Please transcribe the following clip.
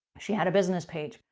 she had a business page.